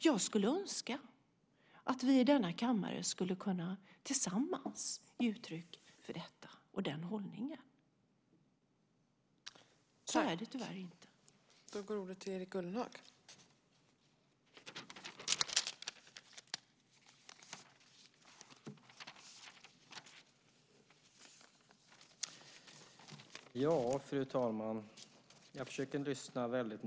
Jag skulle önska att vi i denna kammare skulle kunna tillsammans ge uttryck för detta och den hållningen. Så är det tyvärr inte.